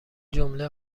جمله